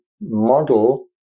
model